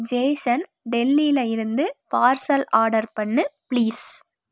Jason டெல்லியில இருந்து parcel order பண்ணு ப்ளீஸ்